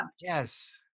Yes